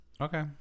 Okay